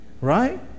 Right